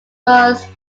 was